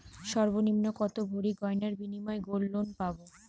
সর্বনিম্ন কত ভরি গয়নার বিনিময়ে গোল্ড লোন পাব?